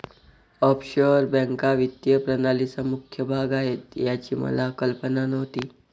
offshore बँका वित्तीय प्रणालीचा मुख्य भाग आहेत याची मला कल्पना नव्हती